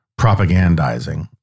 propagandizing